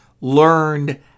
learned